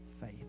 faith